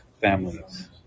families